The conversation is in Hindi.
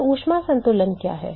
तो ऊष्मा संतुलन क्या है